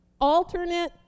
alternate